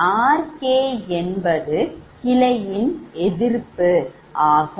RK என்பது கிளையின் எதிர்ப்பு ஆகும்